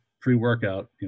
pre-workout